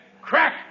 Crack